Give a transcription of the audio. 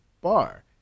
bar